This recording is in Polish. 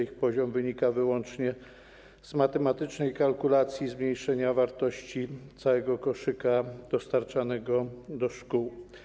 Ich poziom wynika wyłącznie z matematycznej kalkulacji dotyczącej zmniejszenia wartości całego koszyka dostarczanego do szkół.